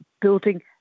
building